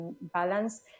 balance